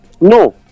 no